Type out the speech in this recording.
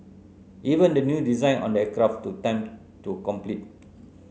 even the new design on the aircraft took time to complete